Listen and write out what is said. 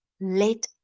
Let